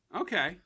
Okay